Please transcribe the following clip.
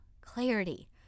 clarity